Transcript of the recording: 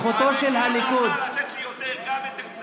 אני יודע, הרי הוא רצה לתת לי יותר, גם את הרצליה.